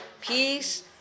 peace